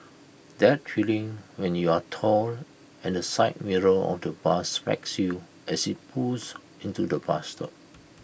that feeling when you're tall and the side mirror of the bus smacks you as IT pulls into the bus stop